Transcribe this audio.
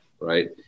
right